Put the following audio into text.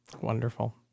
Wonderful